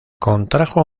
contrajo